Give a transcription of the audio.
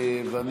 כמובן.